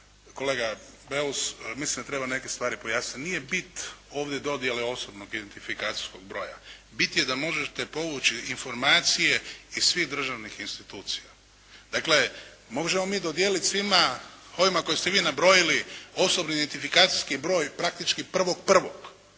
kolega Beus mislim da treba neke stvari pojasniti. Nije bit ovdje dodjele osobnog identifikacijskog broja, bit je da možete povući informacije iz svih državnih institucija. Dakle možemo mi dodijeliti svima ovima koje ste vi nabrojili osobni identifikacijski broj praktički 1.1.